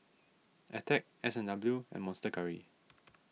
Attack S and W and Monster Curry